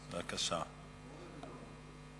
"ואבנו".